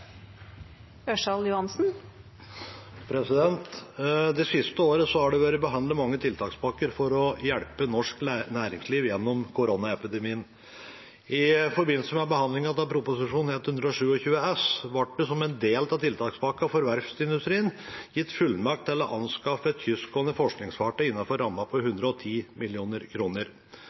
siste året har det vært behandlet mange tiltakspakker for å hjelpe norsk næringsliv gjennom koronapandemien. I forbindelse med behandlingen av Prop. 127 S ble det som en del av tiltakspakken for verftsindustrien gitt fullmakt til å anskaffe et kystgående forskningsfartøy innenfor en ramme på 110 mill. kroner.